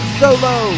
solo